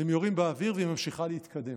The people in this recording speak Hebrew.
והם יורים באוויר, והיא ממשיכה להתקדם.